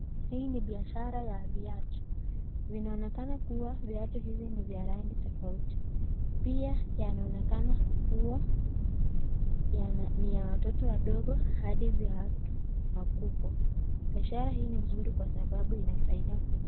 Hii ni biashara ya viatu. Vinaonekana kuwa viatu hivi ni vya aina tofauti. Pia zinaonekana kuwa ni za watoto wadogo hadi vya watu wakubwa. Biashara hii ni nzuri mno kwa sababu ina faida.